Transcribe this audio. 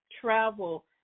travel